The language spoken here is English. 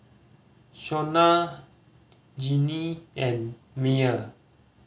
Shawna Jeanne and Myer